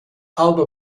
alva